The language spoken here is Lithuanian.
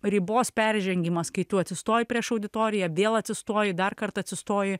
ribos peržengimas kai tu atsistoji prieš auditoriją vėl atsistoji dar kartą atsistoji